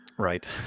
Right